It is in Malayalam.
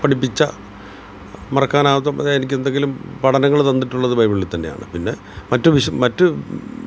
പഠിപ്പിച്ച മറക്കാനാകാത്ത എനിക്ക് എന്തെങ്കിലും പഠനങ്ങൾ തന്നിട്ടുള്ളത് ബൈബിൾ തന്നെയാണ് പിന്നെ മറ്റു വിശു മറ്റു